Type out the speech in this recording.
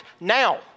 now